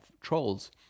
trolls